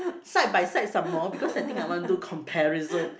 side by side some more because I think I want do comparison